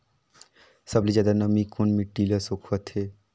सबले ज्यादा नमी कोन मिट्टी ल सोखत हे?